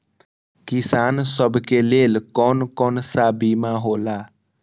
किसान सब के लेल कौन कौन सा बीमा होला?